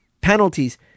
Penalties